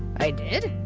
i did?